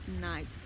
night